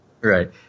Right